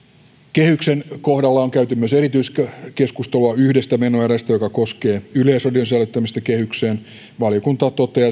kehyksen kohdalla on käyty myös erityiskeskustelua yhdestä menoerästä joka koskee yleisradion sisällyttämistä kehykseen valiokunta toteaa